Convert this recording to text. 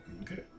Okay